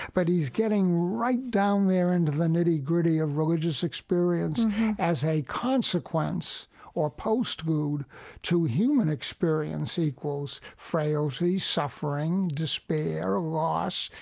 but he's getting right down there into the nitty-gritty as religious experience as a consequence or post-mood to human experience equals frailty, suffering, despair, loss,